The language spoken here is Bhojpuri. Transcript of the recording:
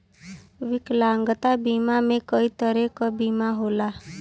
विकलांगता बीमा में कई तरे क बीमा होला